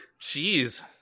jeez